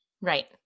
Right